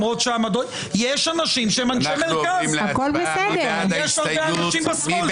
יש אנשים שהם אנשי מרכז --- נצביע על הסתייגות 230. מי